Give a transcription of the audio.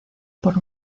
por